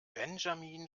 benjamin